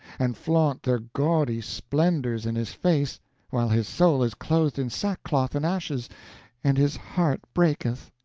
and flaunt their gaudy splendors in his face while his soul is clothed in sackcloth and ashes and his heart breaketh.